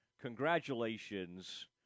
Congratulations